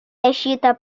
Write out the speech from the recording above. защита